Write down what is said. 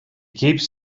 keeps